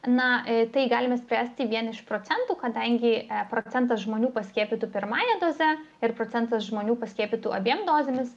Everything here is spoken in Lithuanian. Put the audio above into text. na tai galime spręsti vien iš procentų kadangi procentas žmonių paskiepytų pirmąja doze ir procentas žmonių paskiepytų abiem dozėmis